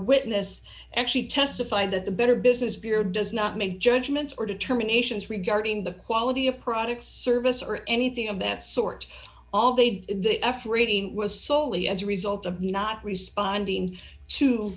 witness actually testify that the better business bureau does not make judgments or determinations regarding the quality of product service or anything of that sort all they'd f rating was soley as a result of not responding to